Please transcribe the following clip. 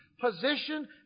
Position